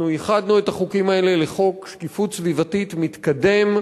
אנחנו איחדנו את החוקים האלה לחוק שקיפות סביבתית מתקדם,